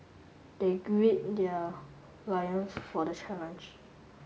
they grid their lions for the challenge